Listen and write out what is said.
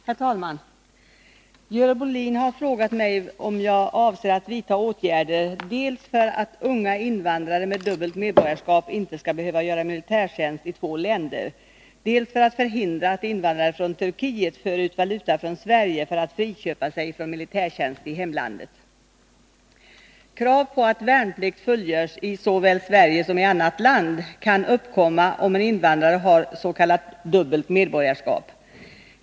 Herr talman! Görel Bohlin har frågat mig om jag avser att vidta åtgärder dels för att unga invandrare med dubbelt medborgarskap inte skall behöva göra militärtjänst i två länder, dels för att förhindra att invandrare från Turkiet för ut valuta från Sverige för att friköpa sig från militärtjänst i hemlandet. ; Krav på att värnplikt fullgörs i såväl Sverige som i annat land kan uppkomma om en invandrare har s.k. dubbelt medborgarskap.